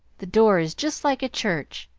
the door is just like a church.